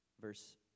Verse